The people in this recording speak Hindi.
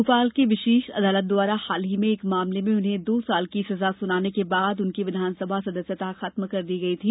भोपाल की विशेष अदालत द्वारा हाल ही में एक मामले में उन्हें दो साल की सजा सुनाने के बाद उनकी विधानसभा सदस्यता खत्म कर दी गई थी